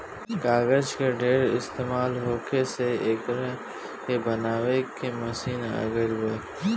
कागज के ढेर इस्तमाल होखे से एकरा के बनावे के मशीन आ गइल बा